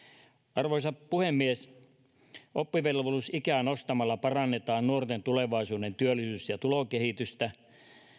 arvoisa puhemies oppivelvollisuusikää nostamalla parannetaan nuorten tulevaisuuden työllisyys ja tulokehitystä